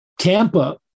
Tampa